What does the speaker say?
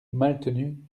maltenu